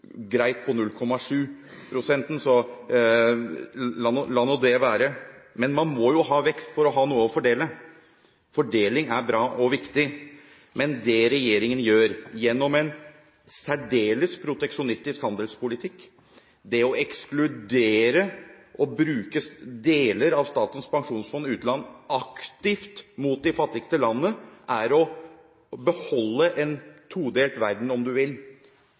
greit på 0,7-prosenten, så la nå det være. Men man må jo ha vekst for å ha noe å fordele. Fordeling er bra og viktig, men det regjeringen gjør gjennom en særdeles proteksjonistisk handelspolitikk – det å ekskludere og bruke deler av Statens pensjonsfond utland aktivt mot de fattigste landene – er å beholde en todelt verden.